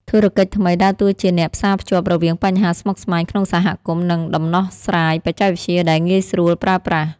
ធុរកិច្ចថ្មីដើរតួជាអ្នកផ្សារភ្ជាប់រវាងបញ្ហាស្មុគស្មាញក្នុងសហគមន៍ និងដំណោះស្រាយបច្ចេកវិទ្យាដែលងាយស្រួលប្រើប្រាស់។